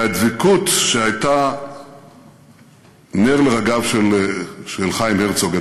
הדבקות שהייתה נר לרגליו של חיים הרצוג,